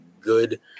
good